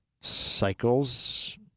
cycles